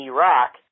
Iraq